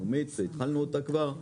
בינלאומית שהתחלנו אותה כבר,